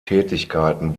tätigkeiten